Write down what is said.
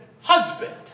husband